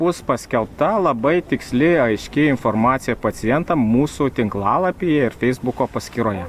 bus paskelbta labai tiksli aiški informacija pacientam mūsų tinklalapyje ir feisbuko paskyroje